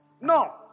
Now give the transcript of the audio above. No